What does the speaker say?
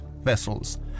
vessels